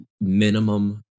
minimum